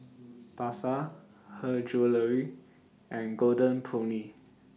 Pasar Her Jewellery and Golden Peony